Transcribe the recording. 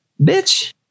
bitch